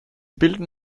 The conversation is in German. bilden